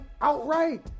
outright